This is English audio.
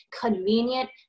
convenient